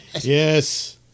Yes